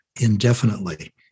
indefinitely